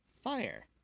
Fire